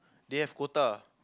they have quota